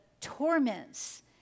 torments